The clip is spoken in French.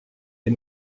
les